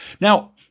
Now